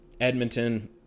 Edmonton